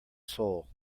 soul